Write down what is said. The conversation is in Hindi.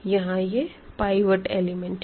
यहाँ यह पाइवेट एलिमेंट है